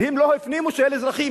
הם לא הפנימו שאלה אזרחים,